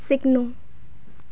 सिक्नु